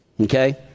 okay